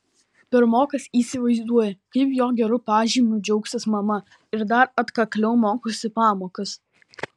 pirmokas įsivaizduoja kaip jo geru pažymiu džiaugsis mama ir dar atkakliau mokosi pamokas